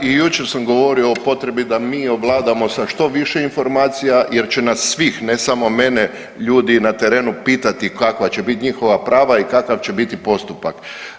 Da i jučer sam govorio o potrebi da mi ovladamo sa što više informacija jer će nas svih, ne samo mene ljudi na terenu pitati kakva će biti njihova prava i kakav će biti postupak.